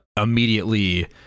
immediately